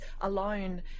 alone